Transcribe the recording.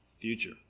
future